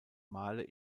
male